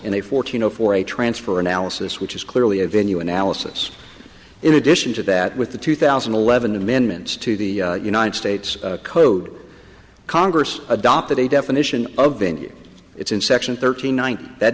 zero for a transfer analysis which is clearly a venue analysis in addition to that with the two thousand and eleven amendments to the united states code congress adopted a definition of venue it's in section thirteen one that